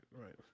right